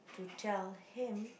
to tell him